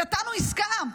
נתנו עסקה,